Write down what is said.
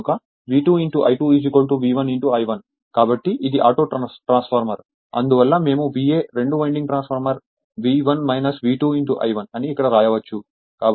కాబట్టి ఇది auto transformer అందువల్ల మేము VA రెండు winding transformer V1 V2 I1 అని ఇక్కడ వ్రాయవచ్చు